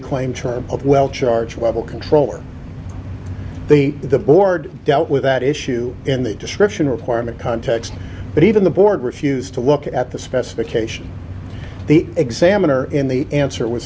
claim charge of well charge level control or the the board dealt with that issue in the description requirement context but even the board refused to look at the specification the examiner in the answer was